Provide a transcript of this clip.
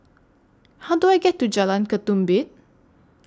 How Do I get to Jalan Ketumbit